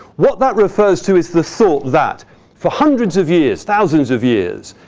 what that refers to is the thought that for hundreds of years, thousands of years,